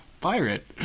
pirate